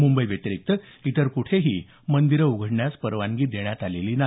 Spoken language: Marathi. मुंबई व्यतिरिक्त इतर कुठेही मंदिरं उघडण्यास परवानगी देण्यात आलेली नाही